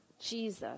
Jesus